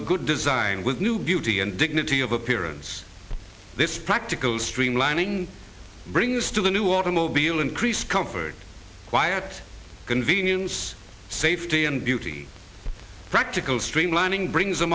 a good design with new beauty and dignity of appearance this practical streamlining brings to the new automobile increased covered by at convenience safety and beauty practical streamlining brings a